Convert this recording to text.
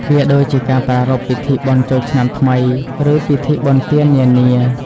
វាដូចជាការប្រារព្ធពិធីបុណ្យចូលឆ្នាំថ្មី ឬពិធីបុណ្យទាននានា។